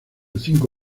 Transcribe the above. cinco